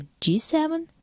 g7